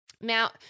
Now